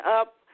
up